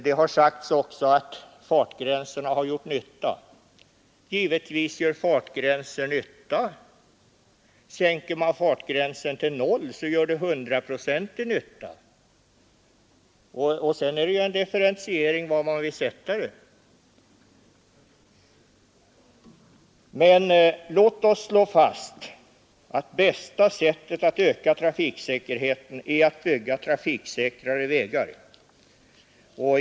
Det har också sagts att fartgränserna gör nytta. Givetvis — sänker man fartgränsen till noll, så gör den 100-procentig nytta. Sedan blir det ju en differentieringsfråga var man vill sätta gränsen. Men låt oss slå fast att bästa sättet att öka trafiksäkerheten är att bygga trafiksäkrare vägar. Fru talman!